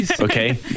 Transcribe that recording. Okay